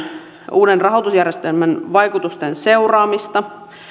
uuden rahoitusjärjestelmän vaikutusten seuraamista